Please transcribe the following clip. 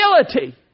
ability